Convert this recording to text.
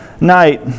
night